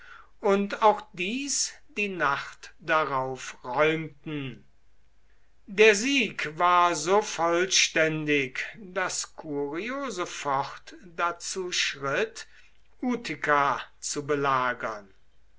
und auch dies die nacht darauf räumten der sieg war so vollständig daß curio sofort dazu schritt utica zu belagern